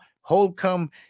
Holcomb